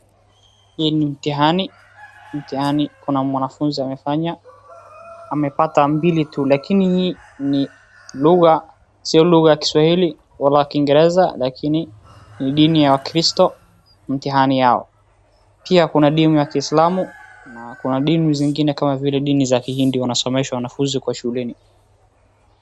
Hii ni mtihani, mtihani kuna mwanafunzi amefanya, amepata mbili tu lakini ni lugha si lugha ya kiswahili au la kingereza lakini ni dini ya wa kristo mtihani ni yao. Pia kuna dini ya kisilamu na dini zingine kama vile dini za kihindi wanasomesha wanafunzi kwa shuleni.